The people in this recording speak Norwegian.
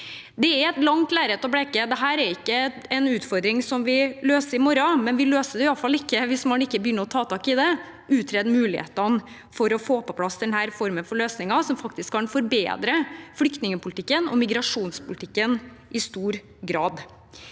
Det er et langt lerret å bleke. Dette er ikke en utfordring vi løser i morgen, men vi løser den iallfall ikke hvis man ikke begynner å ta tak i det og utreder mulighetene for å få på plass denne formen for løsninger, som faktisk kan forbedre flyktningpolitikken og migrasjonspolitikken i stor grad.